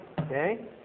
okay